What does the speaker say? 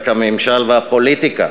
רק הממשל והפוליטיקה